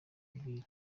imubwira